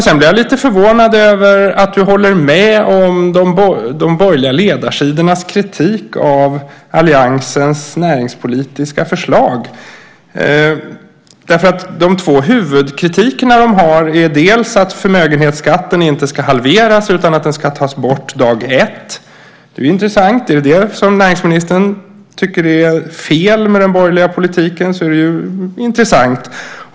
Sedan blir jag lite förvånad över att du håller med om de borgerliga ledarsidornas kritik av alliansens näringspolitiska förslag. Man har två huvudkritiker. Den ena är att förmögenhetsskatten inte ska halveras utan tas bort dag 1. Är det detta som näringsministern tycker är fel med den borgerliga politiken är det ju intressant.